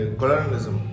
colonialism